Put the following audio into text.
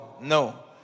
No